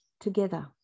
together